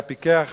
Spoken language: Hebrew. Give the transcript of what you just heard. הפיקח